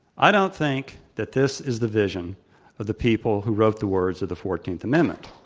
i don't think that this is the vision of the people who wrote the words of the fourteenth amendment